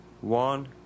one